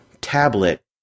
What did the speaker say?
tablet